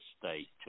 state